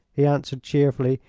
he answered, cheerfully,